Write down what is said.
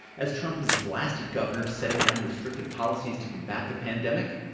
as trump has blasted governors setting down restrictive policies to combat the pandemic,